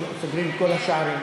סוגרים את כל השערים.